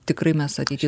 tikrai mes ateity